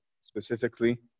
specifically